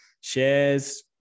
shares